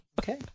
Okay